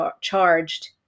charged